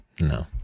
No